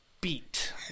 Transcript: beat